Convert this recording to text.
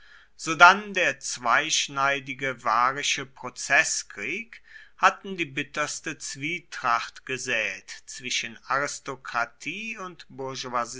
sodann der zweischneidige varische prozeßkrieg hatten die bitterste zwietracht gesät zwischen aristokratie und